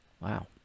Wow